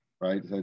right